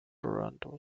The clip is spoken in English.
toronto